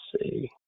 see